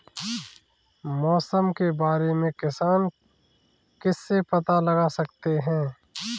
मौसम के बारे में किसान किससे पता लगा सकते हैं?